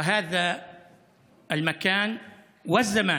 וזה המקום והזמן